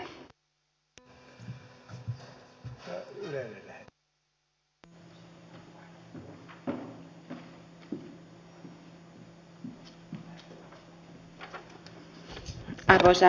arvoisa puhemies